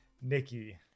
Nikki